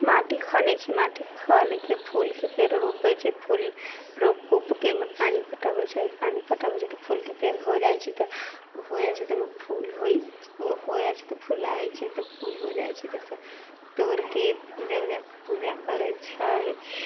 माटी खुनै छी माटी खुनिकऽ फूलके पेड़ रोपै छै फूल रोपि उपिके पानी पटाबै छै पानी पटाबै छै तऽ फूलके पेड़ हो जाइ छै तऽ हो जाइ छै तऽ ओहिमे फूल हो जाइ छै तऽ फुलाइ छै तऽ फूल हो जाइ छै जइसे तोड़िकऽ पूजा उजा पूजा करै छै